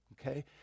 Okay